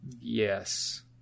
Yes